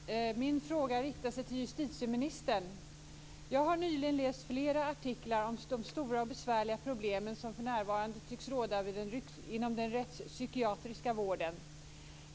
Fru talman! Min fråga riktar sig till justitieministern. Jag har nyligen läst flera artiklar om de stora och besvärliga problem som för närvarande tycks råda inom den rättspsykiatriska vården.